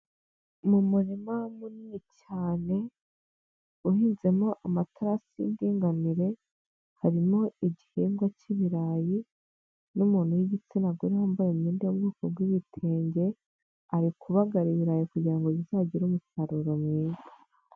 Mu murima munini cyane uhinzemo amatarasi y'indinganire harimo igihingwa cy'ibirayi n'umuntu w'igitsina gore wambaye imyenda yo mu bwoko bw'ibitenge ari kubagara ibirayi kugira ngo bizagire umusaruro mwiza.